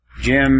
Jim